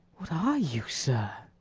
what are you, sir?